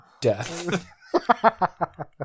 death